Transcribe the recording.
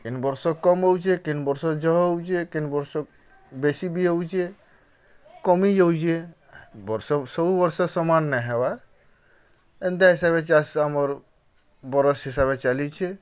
କେନ୍ ବର୍ଷ କମ୍ ହେଉଛେ କେନ୍ ବର୍ଷ ଜହ ହେଉଛେ କେନ୍ ବର୍ଷ ବେଶୀ ବି ହେଉଛେ କମିଯାଉଛେ ବର୍ଷ ସବୁ ବର୍ଷ ସମାନ୍ ନାଇଁ ହେବାର୍ ଏନ୍ତା ହିସାବ୍ରେ ଚାଷ୍ ଆମର୍ ବର୍ଷ୍ ହିସାବେ ଚାଲିଛେ